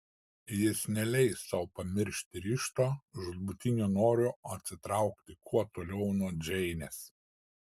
jis neleis sau pamiršti ryžto žūtbūtinio noro atsitraukti kuo toliau nuo džeinės